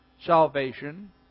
salvation